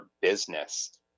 business